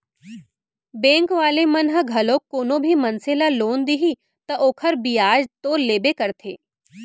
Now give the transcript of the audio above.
bank वाले मन ह घलोक कोनो भी मनसे ल लोन दिही त ओखर बियाज तो लेबे करथे